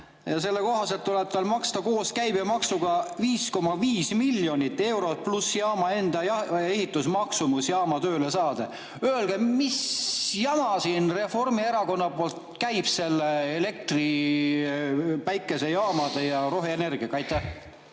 Selle kohaselt tuleb tal maksta koos käibemaksuga 5,5 miljonit eurot, pluss jaama enda ehitusmaksumus, et jaam tööle saada. Öelge, mis jama siin Reformierakonna poolt käib selle elektri, päikesejaamade ja roheenergiaga.